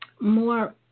more